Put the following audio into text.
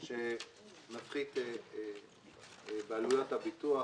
שמפחית בעלויות הביטוח